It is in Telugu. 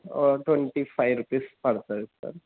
ట్వంటీ ఫైవ్ రూపీస్ పడుతుంది సార్